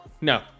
No